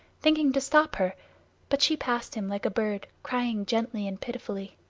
thinking to stop her but she passed him like a bird, crying gently and pitifully.